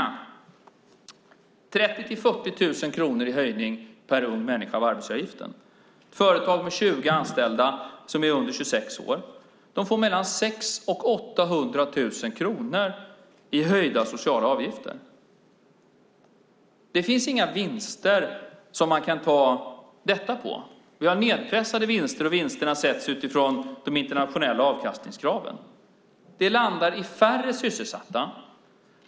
Det blir höjning på 30 000-40 000 kronor av arbetsgivaravgiften per ung människa. Ett företag med 20 anställda som är under 26 år får mellan 600 000 och 800 000 kronor i höjda sociala avgifter. Det finns inga vinster att ta dessa pengar ifrån. Vi har nedpressade vinster som sätts utifrån de internationella avkastningskraven. Detta landar i färre sysselsatta.